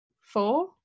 four